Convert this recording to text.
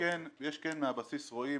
מהבסיס רואים